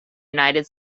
united